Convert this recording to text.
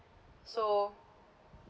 so